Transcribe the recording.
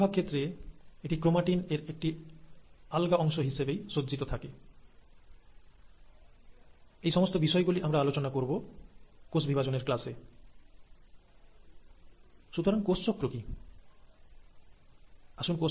বেশিরভাগ ক্ষেত্রে এটি ক্রোমাটিন এর একটি আলগা সেট হিসেবে সজ্জিত থাকে কিন্তু একটি কোষ বিভাজনের জন্য প্রস্তুত হওয়ার ঠিক আগে এর জিনগত পদার্থগুলি বিভাজন করে ক্রোমাটিন ক্রোমোজোমে ঘনীভূত হয়